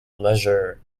leisure